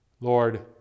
Lord